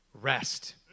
rest